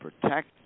protect